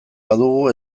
badugu